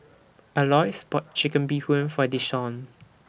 Alois bought Chicken Bee Hoon For Desean